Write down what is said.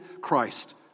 Christ